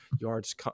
yards